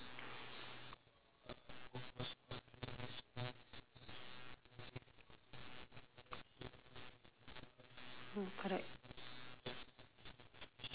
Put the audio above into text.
mm correct